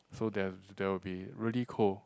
so there's there will be really cold